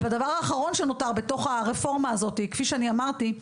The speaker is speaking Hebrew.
ובדבר האחרון שנותר בתוך הרפורמה הזאת היא כפי שאני אמרתי,